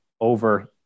over